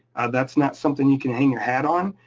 that's not something you can hang your hat on.